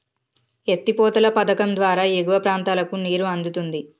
ఎత్తి పోతల పధకం ద్వారా ఎగువ ప్రాంతాలకు నీరు అందుతుంది